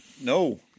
No